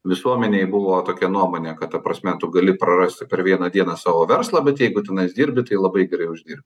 visuomenėje buvo tokia nuomonė kad ta prasme tu gali prarasti per vieną dieną savo verslą bet jeigu tenai dirbi tai labai gerai uždirbti